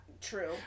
True